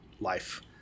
life